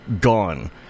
gone